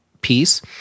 piece